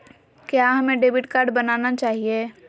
क्या हमें debit card बनाना चाहिए?